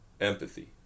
Empathy